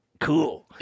Cool